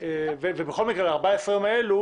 בכל מקרה 14 הימים האלה,